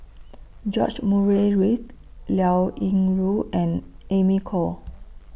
George Murray Reith Liao Yingru and Amy Khor